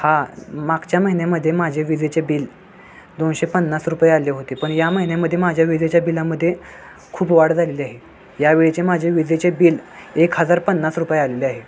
हा मागच्या महिन्यामध्ये माझे विजेचे बिल दोनशे पन्नास रुपये आले होते पण या महिन्यामध्ये माझ्या विजेच्या बिलामध्ये खूप वाढ झालेली आहे यावेळीचे माझे विजेचे बिल एक हजार पन्नास रुपये आलेले आहे